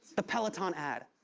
the peloton ad,